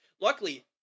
Luckily